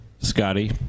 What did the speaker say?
Scotty